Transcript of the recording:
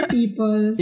people